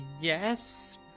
Yes